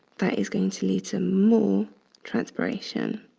that is going to lead to more transpiration.